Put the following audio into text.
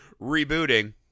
rebooting